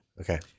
Okay